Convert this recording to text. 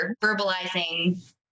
verbalizing